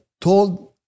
told